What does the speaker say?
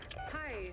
Hi